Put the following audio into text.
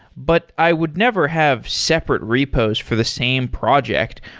but i would never have separate repos for the same project.